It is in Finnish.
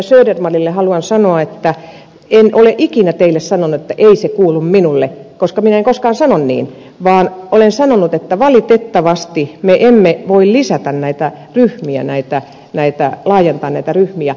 södermanille haluan sanoa että en ole ikinä teille sanonut että ei se kuulu minulle koska minä en koskaan sano niin vaan olen sanonut että valitettavasti me emme voi lisätä näitä ryhmiä laajentaa näitä ryhmiä